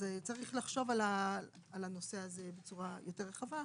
אז צריך לחשוב על הנושא הזה בצורה יותר רחבה.